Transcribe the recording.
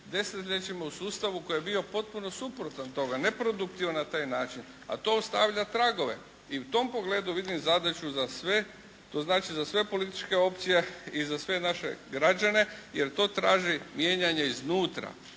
desetljećima u sustavu koji je bio potpuno suprotan tome a ne produktivan na taj način a to ostavlja tragove. I u tom pogledu vidim zadaću za sve. To znači za sve političke opcije i za sve naše građane jer to traži mijenjanje iznutra.